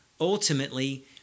ultimately